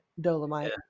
Dolomite